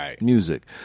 music